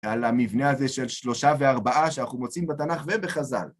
על המבנה הזה של שלושה וארבעה שאנחנו מוצאים בתנ״ך ובחז״ל.